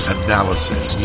analysis